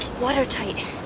Watertight